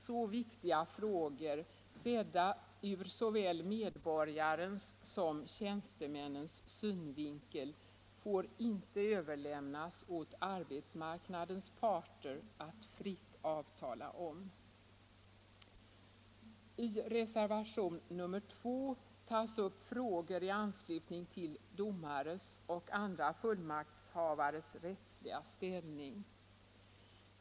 Så viktiga frågor, sedda ur såväl medborgarnas som tjänstemännens synvinkel, får inte överlämnas åt arbetsmarknadens parter att fritt avtala om. I reservationen 2 tas upp frågor i anslutning till domares och andra fullmaktshavares rättsliga ställning.